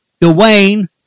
Dwayne